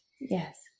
Yes